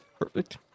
Perfect